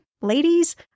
ladies